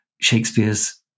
Shakespeare's